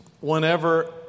whenever